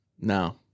No